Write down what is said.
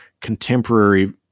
contemporary